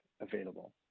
available